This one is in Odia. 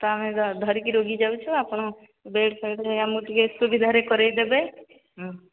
ତ ଆମେ ଧରିକି ରୋଗୀ ଯାଉଛୁ ଆପଣ ବେଡ୍ ଫେଡ୍ ଆମକୁ ଟିକେ ସୁବିଧାରେ କରେଇଦେବେ ହଁ